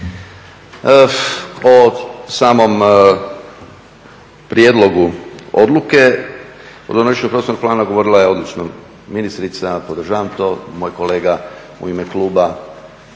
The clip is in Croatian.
O samom prijedlogu odluke o donošenju prostornog plana govorila je odlično ministrica, podržavam to, moj kolega u ime kluba